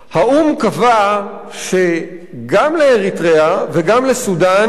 האו"ם קבע שגם לאריתריאה וגם לסודן,